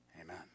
Amen